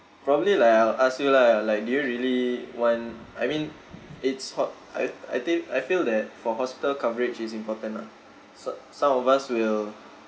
probably like I'll ask you lah like do you really want I mean it's hot~ I I think I feel that for hospital coverage is important lah so~ some of us will